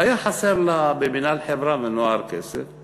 והיה חסר לה, במינהל חברה ונוער, כסף,